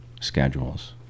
schedules